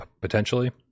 potentially